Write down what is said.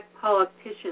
politicians